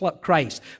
Christ